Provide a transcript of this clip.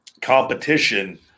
competition